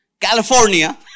California